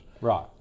Right